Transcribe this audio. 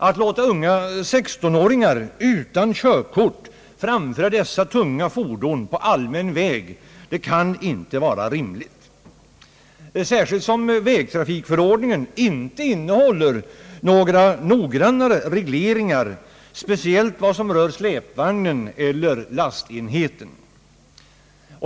Att låta 16-åringar utan körkort framföra sådana här tunga fordon på allmän väg kan inte vara rimligt, särskilt som vägtrafikförordningen inte innehåller några speciella regler för släpvagn eller lastenhet.